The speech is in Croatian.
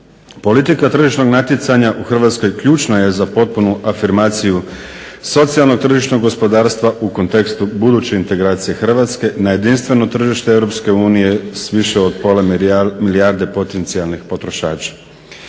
Politika tržišnog natjecanja u Hrvatskoj ključna je za potpunu afirmaciju socijalno-tržišnog gospodarstva u kontekstu buduće integracije Hrvatske na jedinstveno tržište EU s više od pola milijarde potencijalnih potrošača.